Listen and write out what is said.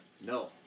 No